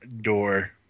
door